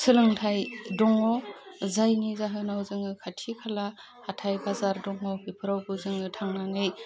सोलोंथाइ दङ जायनि जाहोनाव जोङो खाथि खाला हाथाय बाजार दङ बेफोरावबो जोङो थांनानै